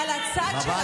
תודה רבה.